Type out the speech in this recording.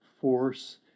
force